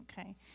Okay